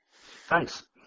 Thanks